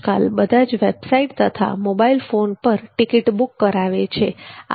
આજકાલ બધા જ વેબસાઇટ તથા મોબાઈલ ફોન પર ટિકિટ બુક કરાવે છે